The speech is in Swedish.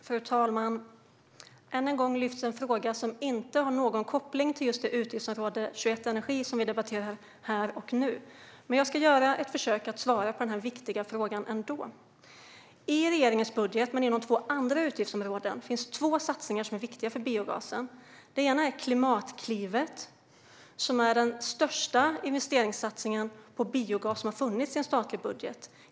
Fru talman! Än en gång lyfts en fråga som inte har någon koppling till utgiftsområde 21 Energi, som vi debatterar här och nu. Men jag ska göra ett försök att svara på den här viktiga frågan ändå. I regeringens budget - men inom två andra utgiftsområden - finns två satsningar som är viktiga för biogasen. Den ena är Klimatklivet, som är den största investeringssatsning på biogas som har funnits i en statlig budget.